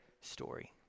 story